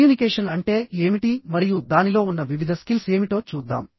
communication అంటే ఏమిటి మరియు దానిలో ఉన్న వివిధ స్కిల్స్ ఏమిటో చూద్దాం